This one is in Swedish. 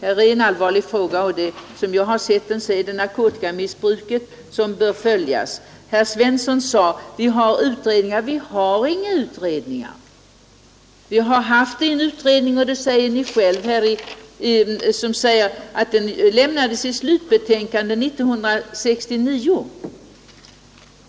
Detta är en allvarlig fråga, och som jag har sett den är det narkotikamissbruket som bör debatteras. Herr Svensson i Kungälv sade att det pågår utredningar. Nej, vi har inga utredningar i gång. Vi har haft en utredning, men han talade själv om att den lämnade sitt slutbetänkande 1969.